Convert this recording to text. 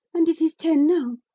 and it is ten now.